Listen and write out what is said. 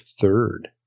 third